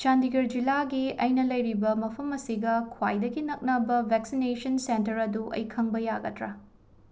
ꯆꯥꯟꯗꯤꯒꯔ ꯖꯤꯂꯥꯒꯤ ꯑꯩꯅ ꯂꯩꯔꯤꯕ ꯃꯐꯝ ꯑꯁꯤꯒ ꯈ꯭ꯋꯥꯏꯗꯒꯤ ꯅꯛꯅꯕ ꯕꯦꯛꯁꯤꯅꯦꯁꯟ ꯁꯦꯟꯇꯔ ꯑꯗꯨ ꯑꯩ ꯈꯪꯕ ꯌꯥꯒꯗ꯭ꯔꯥ